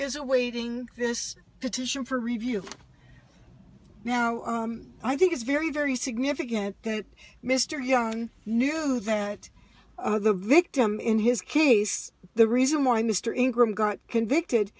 is awaiting this petition for review now i think it's very very significant that mr young knew that the victim in his case the reason why mr ingram got convicted